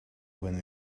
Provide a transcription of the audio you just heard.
when